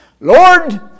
Lord